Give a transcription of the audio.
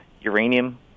uranium